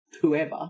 Whoever